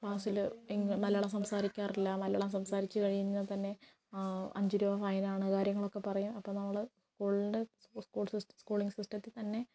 ക്ലാസ്സില് ഇ മലയാളം സംസാരിക്കാറില്ല മലയാളം സംസാരിച്ച് കഴിഞ്ഞാൽ തന്നെ അഞ്ച് രൂപ ഫൈനാണ് കാര്യങ്ങളൊക്കെ പറയും അപ്പം നമ്മള് സ്കൂളിൻ്റെ സ്കൂളിംഗ് സിസ്റ്റത്തിൽ തന്നെ